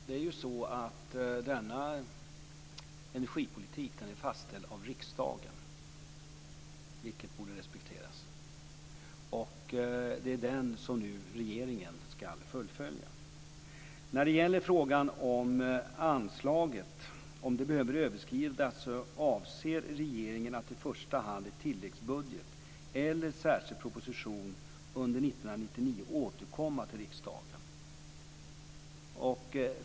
Fru talman! Denna energipolitik är fastställd av riksdagen, vilket borde respekteras. Den skall nu regeringen fullfölja. När det gäller frågan om huruvida anslaget behöver överskridas vill jag säga att regeringen avser att återkomma till riksdagen under 1999 i första hand i tilläggsbudget eller i en särskild proposition.